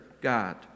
God